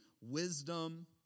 wisdom